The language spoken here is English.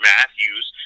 Matthews